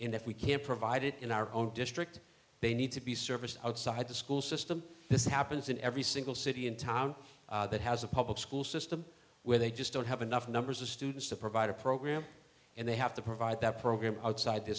and if we can't provide it in our own district they need to be serviced outside the school system this happens in every single city in town that has a public school system where they just don't have enough numbers of students to provide a program and they have to provide that program outside the